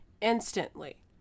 instantly